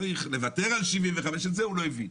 צריך לוותר על 75. את זה הוא לא הבין.